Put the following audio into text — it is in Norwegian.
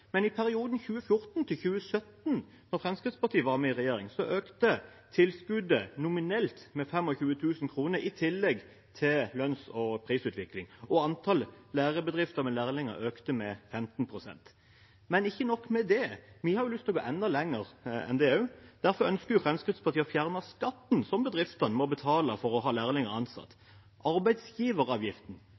Men i perioden 2014–2017, da Fremskrittspartiet var med i regjering, økte tilskuddet nominelt med 25 000 kr, i tillegg til lønns- og prisutvikling, og antall lærebedrifter med lærlinger økte med 15 pst. Men ikke nok med det: Vi har lyst til å gå enda lenger, derfor ønsker Fremskrittspartiet å fjerne skatten som bedriftene må betale for å ha lærlinger ansatt, arbeidsgiveravgiften,